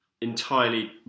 entirely